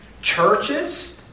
Churches